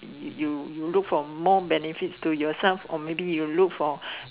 you you look for more benefits to yourself or maybe you look for